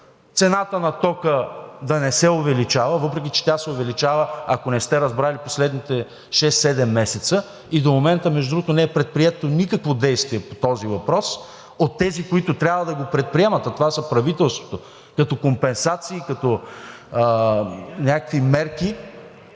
цената на тока да не се увеличава, въпреки че тя се увеличава, ако не сте разбрали последните шест-седем месеца и до момента, между другото, не е предприето никакво действие по този въпрос от тези, които трябва да го предприемат, а това е правителството – като компенсации, като някакви мерки…